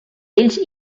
ells